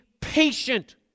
patient